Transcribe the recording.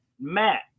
Matt